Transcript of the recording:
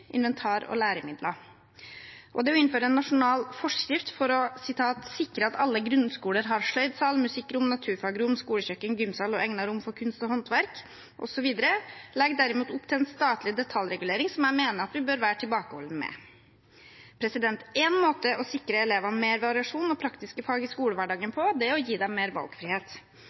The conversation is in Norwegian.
inventar og læremidler. Det å innføre en nasjonal forskrift for å «sikre at alle grunnskoler har sløydsal, musikkrom, naturfagrom, skolekjøkken, gymsal og egnede rom for kunst og håndverk», legger derimot opp til en statlig detaljregulering som jeg mener vi bør være tilbakeholden med. En måte å sikre elevene mer variasjon og praktiske fag i skolehverdagen på er å gi dem mer valgfrihet.